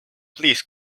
please